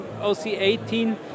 OC18